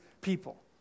people